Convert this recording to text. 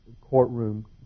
courtroom